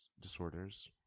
disorders